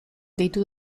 deitu